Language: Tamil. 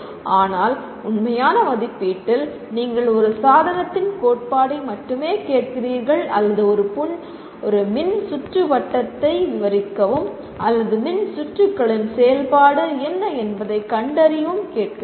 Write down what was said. ஆனால் உண்மையான மதிப்பீட்டில் நீங்கள் ஒரு சாதனத்தின் கோட்பாட்டை மட்டுமே கேட்கிறீர்கள் அல்லது ஒரு மின்சுற்றுவட்டத்தை விவரிக்கவும் அல்லது மின்சுற்றுகளின் செயல்பாடு என்ன என்பதைக் கண்டறியவும் கேட்கிறீர்கள்